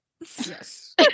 yes